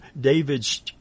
David's